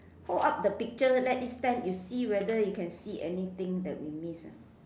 hold up the picture let it stand you see whether you can see anything that we miss or not